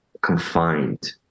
confined